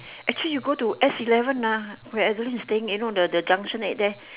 actually you go to S-eleven ah where evan is staying you know the the junction-eight there